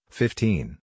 fifteen